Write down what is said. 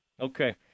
Okay